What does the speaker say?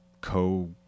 co